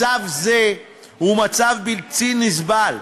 מצב זה הוא מצב בלתי נסבל.